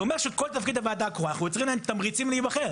זה אומר שכל תפקיד הוועדה הקרואה אנחנו יוצרים להם תמריצים להיבחר.